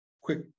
quick